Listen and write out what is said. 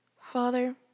Father